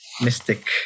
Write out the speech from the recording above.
mystic